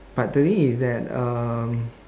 but the thing is that um